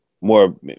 more